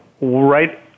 right